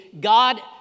God